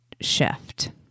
shift